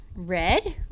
red